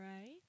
right